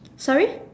sorry